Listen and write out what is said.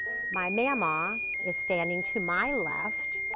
my mama is standing to my left.